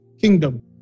kingdom